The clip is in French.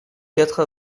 quatre